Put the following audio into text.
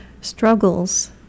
struggles